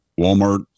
Walmart